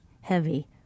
heavy